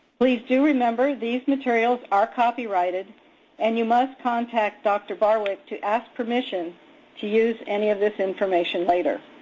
please do remember these materials are copyrighted and you must contact dr. barwick to ask permission to use any of this information later.